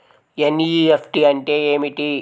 NEFT అంటే ఏమిటి?